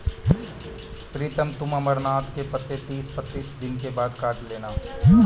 प्रीतम तुम अमरनाथ के पत्ते तीस पैंतीस दिन के बाद काट लेना